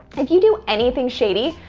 if you do anything shady,